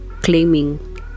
claiming